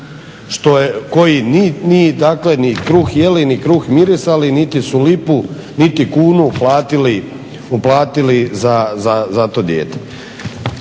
Koji dakle ni kruh jeli ni kruh mirisali, niti su lipu niti kunu uplatili za to dijete.